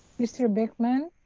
mr. bic man,